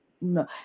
no